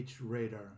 radar